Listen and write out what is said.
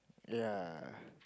ya